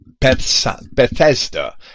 Bethesda